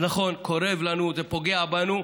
נכון, כואב לנו, זה פוגע בנו,